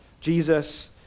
Jesus